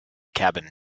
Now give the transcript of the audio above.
cabin